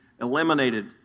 eliminated